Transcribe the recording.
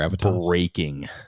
breaking